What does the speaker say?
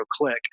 click